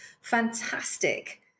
fantastic